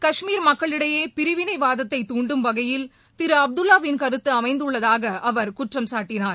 கஷ்மீர் மக்களிடையே பிரிவினைவாதத்தை தூண்டும் வகையில் திரு அப்துல்லாவின் கருத்து அமைந்துள்ளதாக அவர் குற்றம்சாட்டினார்